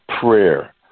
prayer